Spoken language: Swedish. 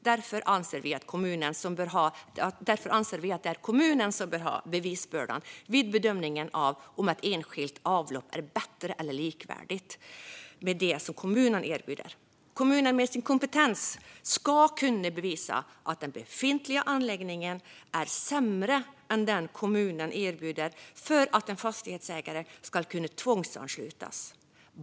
Därför anser vi att det är kommunen som bör ha bevisbördan vid bedömning av om ett enskilt avlopp är bättre eller likvärdigt med det som kommunen erbjuder. Kommunen med sin kompetens ska kunna bevisa att den befintliga anläggningen är sämre än den kommunen erbjuder för att en fastighetsägare ska kunna tvångsanslutas.